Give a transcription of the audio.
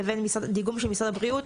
לבין דיגום של משרד הבריאות,